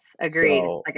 agreed